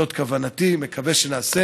זאת כוונתי, ואני מקווה שנעשה.